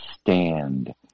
stand